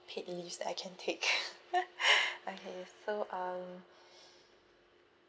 paid leave that I can take okay so um